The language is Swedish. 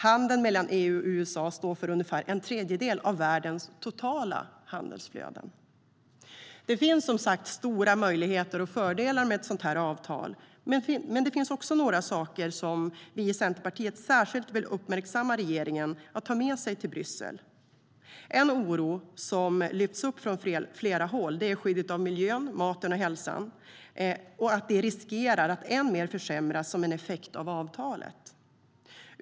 Handeln mellan EU och USA står för ungefär en tredjedel av världens totala handelsflöden. Det finns som sagt stora möjligheter och fördelar med ett sådant avtal, men det finns också några saker som vi i Centerpartiet särskilt vill uppmärksamma regeringen att ta med sig till Bryssel. En oro som lyfts upp från flera håll är att skyddet av miljön, maten och hälsan riskerar att försämras än mer som en effekt av avtalet.